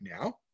now